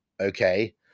okay